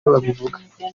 babivuga